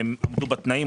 אם הם עמדו בתנאים,